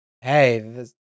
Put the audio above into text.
Hey